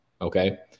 Okay